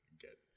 get